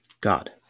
God